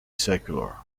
secular